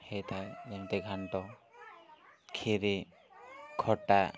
ହେଇଥାଏ ଯେମିତି ଘାଣ୍ଟ ଖିରୀ ଖଟା